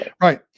Right